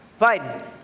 Biden